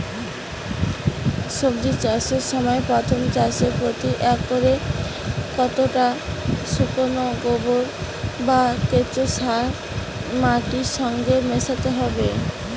সবজি চাষের সময় প্রথম চাষে প্রতি একরে কতটা শুকনো গোবর বা কেঁচো সার মাটির সঙ্গে মেশাতে হবে?